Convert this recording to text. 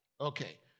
Okay